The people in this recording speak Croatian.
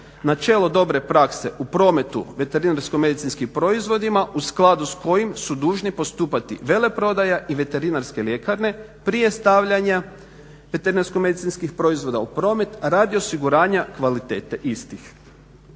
Načelo dobre prakse u prometu veterinarsko-medicinske proizvodima u skladu s kojim su dužni postupati veleprodaja i veterinarske ljekarne prije stavljanja veterinarsko-medicinske proizvoda u promet radi osiguranja kvalitete istih.